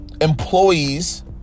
Employees